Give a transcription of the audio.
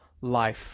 life